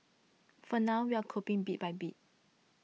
for now we're coping bit by bit